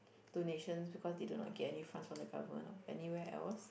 donations because they do not get any funds from the government or anywhere else